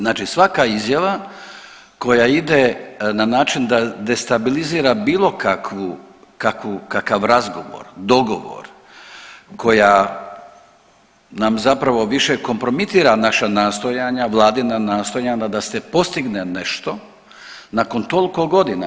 Znači svaka izjava koja ide na način da destabilizira bilo kakav razgovor, dogovor, koja nam zapravo više kompromitira naša nastojanja, Vladina nastojanja da se postigne nešto nakon toliko godina.